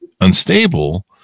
unstable